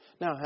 Now